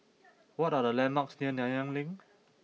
what are the landmarks near Nanyang Link